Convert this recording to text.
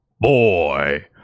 boy